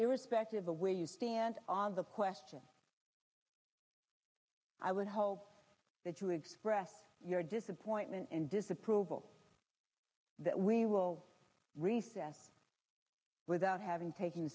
irrespective of where you stand on the question i would hope that you express your disappointment in disapproval that we will recess without having taken